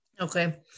okay